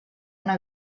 una